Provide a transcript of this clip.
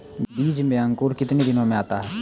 बीज मे अंकुरण कितने दिनों मे आता हैं?